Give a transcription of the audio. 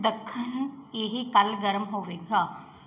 ਦੱਖਣ ਇਹ ਕੱਲ੍ਹ ਗਰਮ ਹੋਵੇਗਾ